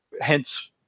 Hence